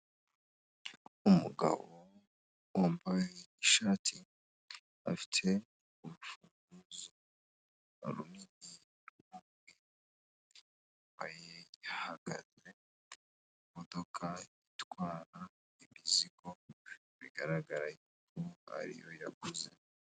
Umugabo wambaye ishati afite urufunguzo runini hahagaze imodoka itwara imizigo bigaragara yuko ari iyo yaguze.